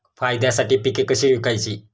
फायद्यासाठी पिके कशी विकायची?